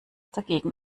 dagegen